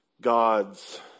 God's